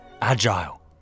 agile